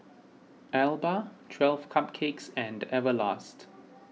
Alba twelve Cupcakes and Everlast